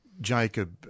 Jacob